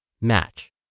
Match